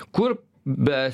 kur be